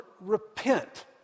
repent